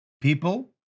people